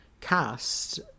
cast